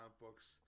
books